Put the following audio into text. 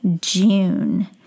June